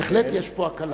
בהחלט יש פה הקלה,